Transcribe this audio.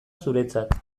zuretzat